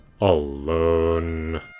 alone